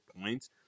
points